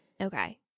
Okay